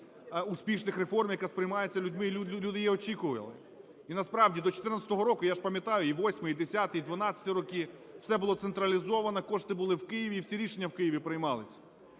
успішних реформ, яка сприймається людьми, люди її очікували. І насправді до 14-го року, я ж пам'ятаю, і 8-й, і 10-й, і 12-і роки, все було централізовано, кошти були в Києві і всі рішення в Києві приймались.